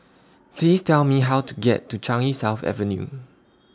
Please Tell Me How to get to Changi South Avenue